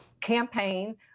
campaign